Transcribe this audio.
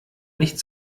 nicht